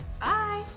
Bye